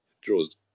draws